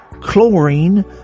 chlorine